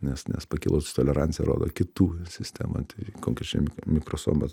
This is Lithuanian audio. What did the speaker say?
nes nes pakilus tolerancija rodo kitų sistemų tai konkrečiai mi mikrosomos